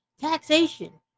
Taxation